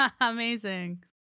Amazing